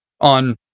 On